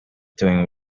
doing